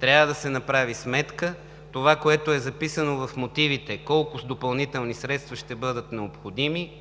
Следва да се направи сметка това, което е записано в мотивите – колко допълнителни средства ще бъдат необходими,